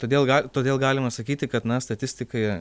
todėl ga todėl galima sakyti kad na statistikai